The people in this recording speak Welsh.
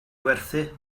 werthu